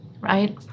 right